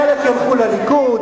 חלק ילכו לליכוד,